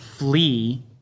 Flee